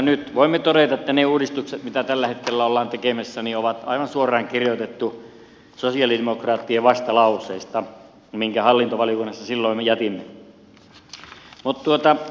nyt voimme todeta että ne uudistukset mitä tällä hetkellä ollaan tekemässä on aivan suoraan kirjoitettu sosialidemokraattien vastalauseesta minkä hallintovaliokunnassa silloin jätimme